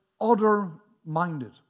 other-minded